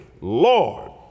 Lord